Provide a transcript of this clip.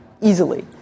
easily